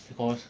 because